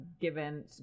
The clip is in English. given